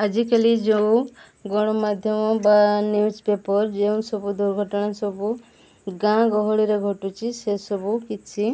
ଆଜିକାଲି ଯେଉଁ ଗଣମାଧ୍ୟମ ବା ନ୍ୟୁଜ୍ପେପର୍ ଯେଉଁ ସବୁ ଦୁର୍ଘଟଣା ସବୁ ଗାଁ ଗହଳିରେ ଘଟୁଛି ସେସବୁ କିଛି